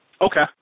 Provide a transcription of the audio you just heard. Okay